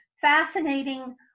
fascinating